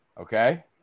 Okay